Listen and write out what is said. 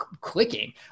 clicking